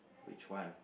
which one